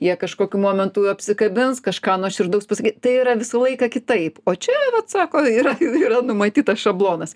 jie kažkokiu momentu apsikabins kažką nuoširdaus pasakys tai yra visą laiką kitaip o čia vat sako yra jau yra numatytas šablonas